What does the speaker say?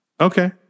Okay